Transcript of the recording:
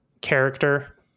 character